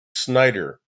snyder